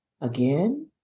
again